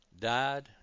died